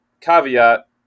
caveat